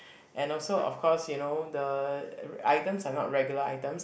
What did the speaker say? and also of course you know the items are not regular items